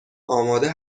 آماده